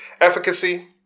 efficacy